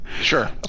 Sure